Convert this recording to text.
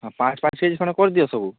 ହଁ ପାଁଚ୍ ପାଁଚ୍ ପିସ୍ ଖଣ୍ଡେ କରିଦିଅ ସବୁ